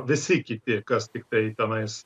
visi kiti kas tiktai tenais